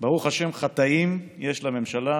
ברוך השם, חטאים יש לממשלה